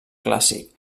clàssic